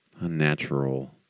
unnatural